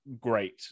great